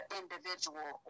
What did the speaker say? individual